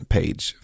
Page